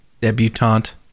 debutante